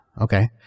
Okay